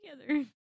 together